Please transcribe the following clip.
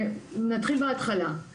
נתחיל בהתחלה,